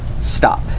stop